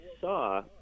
saw